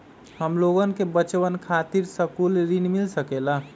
हमलोगन के बचवन खातीर सकलू ऋण मिल सकेला?